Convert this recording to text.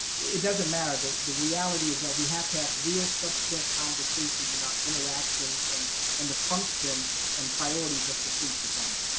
it doesn't matter. the the reality is that we have to have real subsitive conversations about interactions, and and the function and priorities of the police department.